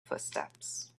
footsteps